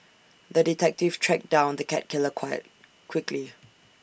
the detective tracked down the cat killer quickly